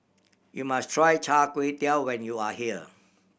you must try Char Kway Teow when you are here